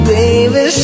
Baby